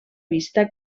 vista